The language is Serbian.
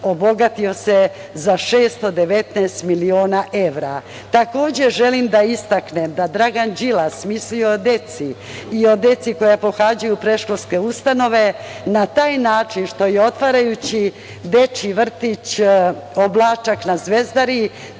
obogatio se za 619 miliona evra. Takođe, želim da istaknem da Dragan Đilas misli o deci i o deci koja pohađaju predškolske ustanove na taj način što je otvarajući dečiji vrtić „Oblačak“ na Zvezdari,